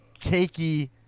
cakey